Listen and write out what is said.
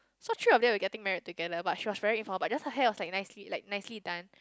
so three of them were getting married together but she was very informal just her hair was like nicely like nicely done